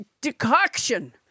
decoction